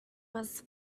was